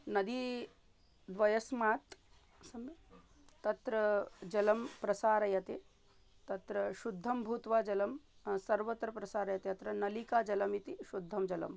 नदीद्वयात् सम्यक् तत्र जलं प्रसारयते तत्र शुद्धं भूत्वा जलं सर्वत्र प्रसारयते अत्र नलिकाजलमिति शुद्धं जलम्